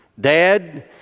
Dad